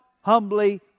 humbly